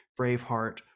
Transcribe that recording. Braveheart